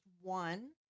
one